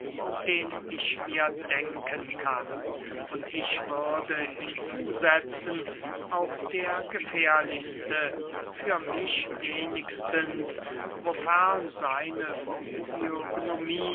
den ich mir denken kann und ich würde hinzusetzen auch der gefährlichste für mich wenigstens wofern seine